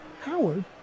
Howard